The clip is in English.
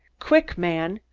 quick, man!